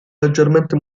leggermente